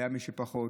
היה מי שפחות.